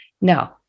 No